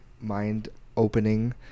mind-opening